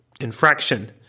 infraction